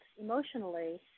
emotionally